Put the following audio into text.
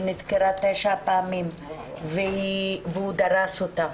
היא נדקרה תשע פעמים והוא דרס אותה